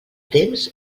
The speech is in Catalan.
temps